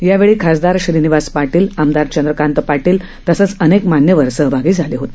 यावेळी खासदार श्रीनिवास पाटील आमदार चंद्रकांत पाटील तसंच अनेक मान्यवर सहभागी झाले होते